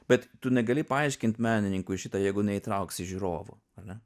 bet tu negali paaiškint menininkui šitą jeigu neįtrauksi žiūrovų ar ne